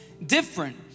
different